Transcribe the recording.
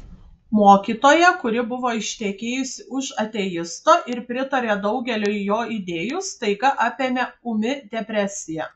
mokytoją kuri buvo ištekėjusi už ateisto ir pritarė daugeliui jo idėjų staiga apėmė ūmi depresija